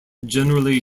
generally